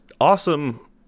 awesome